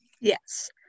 Yes